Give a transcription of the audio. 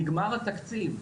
נגמר התקציב,